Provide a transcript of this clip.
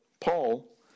Paul